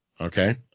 okay